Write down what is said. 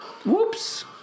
Whoops